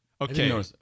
Okay